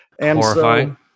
Horrifying